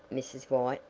mrs. white,